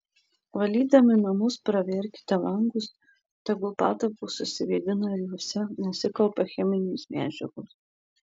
valydami namus praverkite langus tegul patalpos išsivėdina ir jose nesikaupia cheminės medžiagos